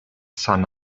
sun